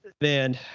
man